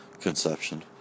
conception